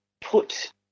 put